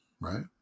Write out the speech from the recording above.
right